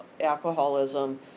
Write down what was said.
alcoholism